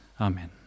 Amen